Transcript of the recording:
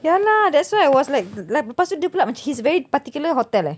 ya lah that's why I was like like lepas tu dia pula macam he's very particular hotel leh